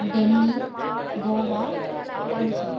Delhi Goa Pondicherry